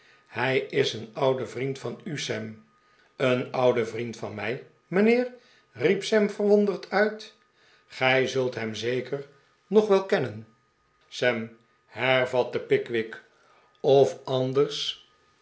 hij is een oude vriend van u sam een oude vriend van mij mijnheer riep sam ver wonder d uit gij zult hem zeker nog wel kennen sam hervatte pickwick of anders